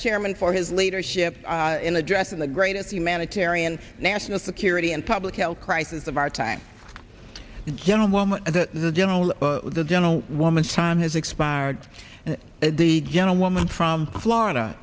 chairman for his leadership in addressing the greatest humanitarian national security and public health crisis of our time general woman the general the general woman's time has expired and the gentlewoman from florida